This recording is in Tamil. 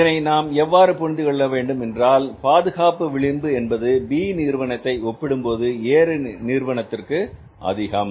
இதை நாம் எவ்வாறு புரிந்து கொள்ள வேண்டுமென்றால் பாதுகாப்பு விளிம்பு என்பது B நிறுவனத்தை ஒப்பிடும்போது A நிறுவனத்திற்கு அதிகம்